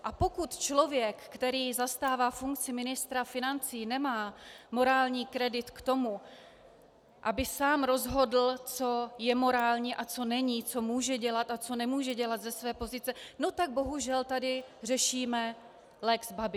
A pokud člověk, který zastává funkci ministra financí, nemá morální kredit k tomu, aby sám rozhodl, co je morální a co není, co může dělat a co nemůže dělat ze své pozice, no tak bohužel tady řešíme lex Babiš.